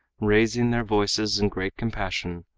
raising their voices in great compassion,